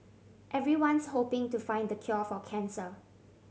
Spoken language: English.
everyone's hoping to find the cure for cancer